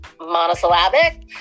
monosyllabic